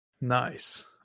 Nice